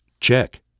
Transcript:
Check